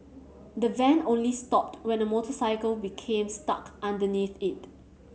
the van only stopped when a motorcycle became stuck underneath it